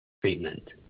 treatment